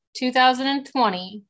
2020